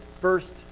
first